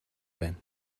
байна